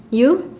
you